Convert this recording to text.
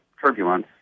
turbulence